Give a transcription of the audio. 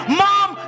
mom